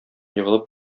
егылып